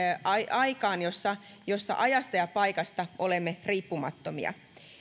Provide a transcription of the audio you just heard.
aikaan jossa jossa ajasta ja paikasta olemme riippumattomia